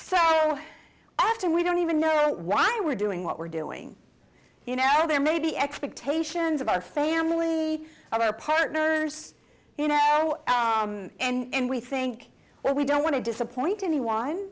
after we don't even know why we're doing what we're doing you know there may be expectations of our family or our partners you know and we think well we don't want to disappoint anyone